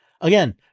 Again